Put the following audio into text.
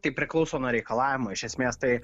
tai priklauso nuo reikalavimo iš esmės tai